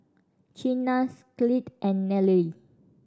Chynna's Clide and Nallely